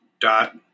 dot